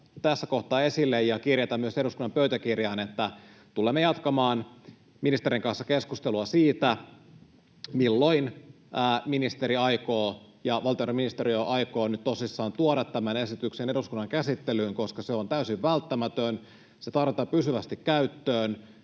tässä kohtaa esille ja kirjata myös eduskunnan pöytäkirjaan, että tulemme jatkamaan ministerin kanssa keskustelua siitä, milloin valtiovarainministeriö aikoo nyt tosissaan tuoda tämän esityksen eduskunnan käsittelyyn, koska se on täysin välttämätön. Se tarvitaan pysyvästi käyttöön,